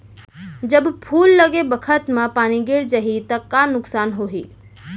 जब फूल लगे बखत म पानी गिर जाही त का नुकसान होगी?